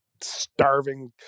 starving